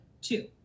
two